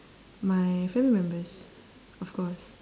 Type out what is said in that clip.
my family members of course